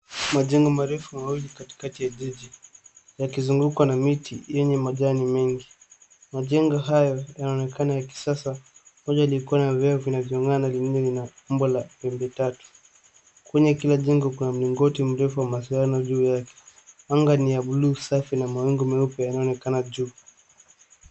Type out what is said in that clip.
Majengo marefu mawili katikati ya jiji yakizungukwa na miti yenye majani mengi. Majengo hayo yanaonekana ya kisasa, moja likiwa na vioo vinavyong'aa na lingine lina umbo la pembe tatu. Kwenye kila jengo kuna mlingoti mrefu wa mawasiliano juu yake. Anga ni ya buluu safi na mawingu meupe yanaonekana juu.